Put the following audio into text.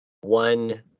one